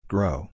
Grow